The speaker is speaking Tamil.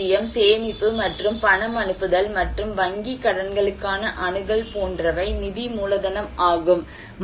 குறைந்த ஊதியம் சேமிப்பு மற்றும் பணம் அனுப்புதல் மற்றும் வங்கிக் கடன்களுக்கான அணுகல் போன்றவை நிதி மூலதனம் ஆகும்